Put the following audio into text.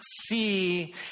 see